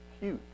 huge